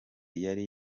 yari